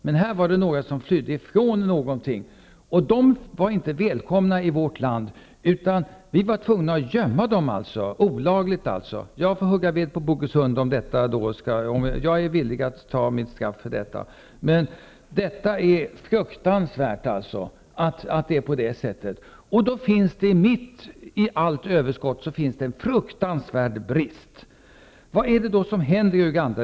Men här var det fråga om några som flydde från någonting. De var inte välkomna i vårt land, utan vi var tvungna att olagligt gömma dem. Jag är villig att ta mitt straff för detta -- jag får kanske hugga ved på Bogesund. Det råder alltså fruktansvärda förhållanden. Mitt i allt överflöd här finns det en fruktansvärd brist. Vad är det då som händer i Uganda?